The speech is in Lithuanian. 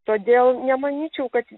todėl nemanyčiau kad